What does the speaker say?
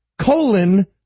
colon